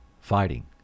fighting